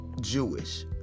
Jewish